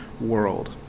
world